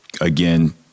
again